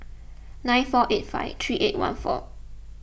nine four eight five three eight one four